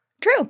True